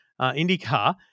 IndyCar